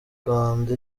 rwanda